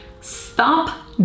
stop